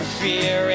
fear